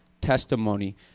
testimony